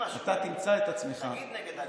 אתה תמצא את עצמך, תגיד משהו, תגיד נגד זה.